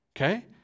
Okay